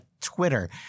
Twitter